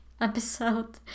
episode